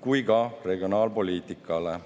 kui ka regionaalpoliitikale.